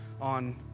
on